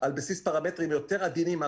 על בסיס פרמטרים יותר עדינים,